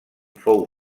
fou